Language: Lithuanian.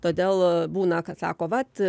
todėl būna kad sako vat